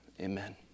Amen